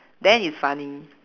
then is funny